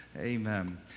Amen